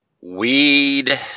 Weed